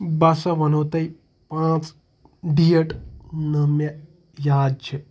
بہٕ ہَسا وَنو تۄہہِ پانٛژھ ڈیٹ نہٕ مےٚ یاد چھِ